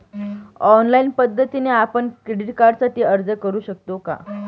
Online पद्धतीने आपण credit कार्डसाठी अर्ज करु शकतो का?